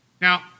Now